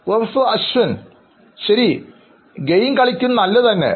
professor അശ്വിൻശരി game കളിക്കുന്നത് നല്ലത് തന്നെ